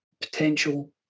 potential